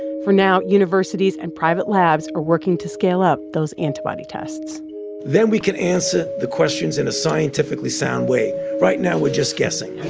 for now, universities and private labs are working to scale up those antibody tests then we can answer the questions in a scientifically sound way. right now we're just guessing